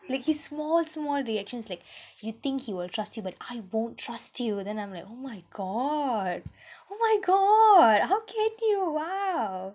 like his small small reactions like you think he will trust you but I won't trust you and then I'm like oh my god oh my god how can you !wow!